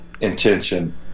intention